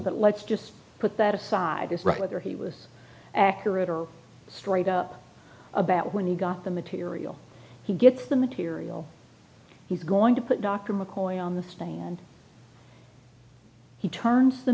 that let's just put that aside this right whether he was accurate or straight up about when he got the material he gets the material he's going to put dr mccoy on the stand and he turns the